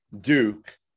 Duke